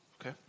Okay